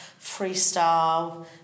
freestyle